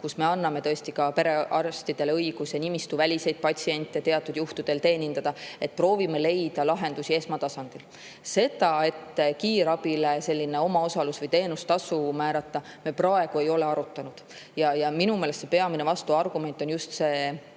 kus me anname perearstidele õiguse ka nimistuväliseid patsiente teatud juhtudel teenindada. Proovime leida lahendusi esmatasandil. Seda, et kiirabile omaosalus- või teenustasu määrata, me praegu ei ole arutanud. Minu meelest on peamine vastuargument regionaalse